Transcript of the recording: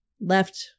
left